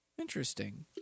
Interesting